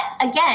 again